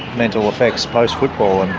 mental effects post-football. i